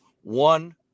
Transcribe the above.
one